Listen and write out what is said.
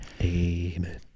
Amen